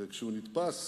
וכשהוא נתפס